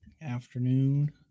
afternoon